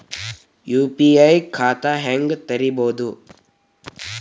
UPI ಖಾತಾ ಹೆಂಗ್ ತೆರೇಬೋದು?